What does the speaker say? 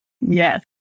Yes